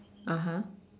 (uh huh)